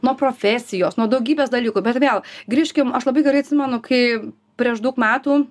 nuo profesijos nuo daugybės dalykų bet vėl grįžkim aš labai gerai atsimenu kai prieš daug metų